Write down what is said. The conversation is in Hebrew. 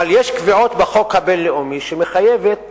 אבל יש קביעות בחוק הבין-לאומי שמחייבות